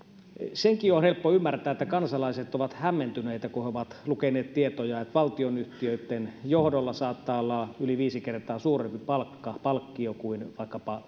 sekin on helppo ymmärtää että kansalaiset ovat hämmentyneitä kun he ovat lukeneet tietoja että valtionyhtiöitten johdolla saattaa olla yli viisi kertaa suurempi palkkio kuin vaikkapa